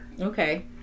Okay